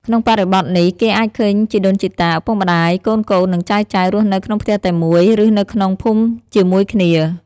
ក្នុងបរិបទនេះ គេអាចឃើញជីដូនជីតា ឪពុកម្ដាយ កូនៗ និងចៅៗ រស់នៅក្នុងផ្ទះតែមួយ ឬនៅក្នុងភូមិជាមួយគ្នា។